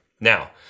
Now